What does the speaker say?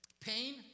pain